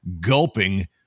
gulping